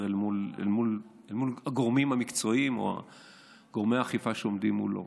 אל מול הגורמים המקצועיים או גורמי האכיפה שעומדים מולם.